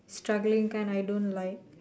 struggling kind I don't like